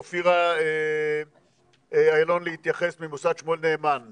אופירה אילון ממוסד שמואל נאמן להתייחס.